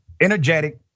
energetic